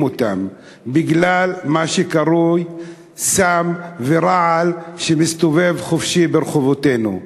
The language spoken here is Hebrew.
בגלל מה שקרוי סם ורעל שמסתובב חופשי ברחובותינו.